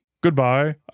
goodbye